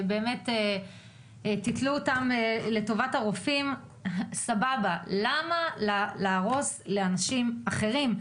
תלויים ברופאים, אבל למה להרוס לאנשים אחרים?